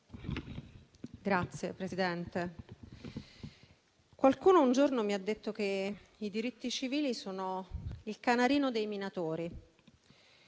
Signora Presidente, qualcuno un giorno mi ha detto che i diritti civili sono il canarino dei minatori.